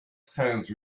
sands